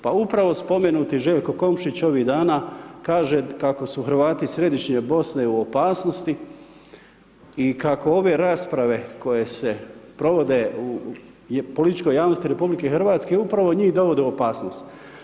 Pa upravo spomenuti Željko Komšić ovih dana kaže kako su Hrvati iz središnje Bosne u opasnosti i kako ove rasprave koje se provode u političkoj javnosti RH upravo njih dovode u opasnost.